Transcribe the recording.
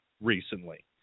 recently